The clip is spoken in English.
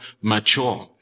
mature